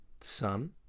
son